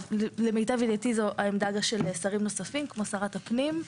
למיטב ידיעתי זו העמדה של שרת נוספים כמו שרת הפנים.